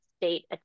state